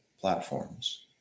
platforms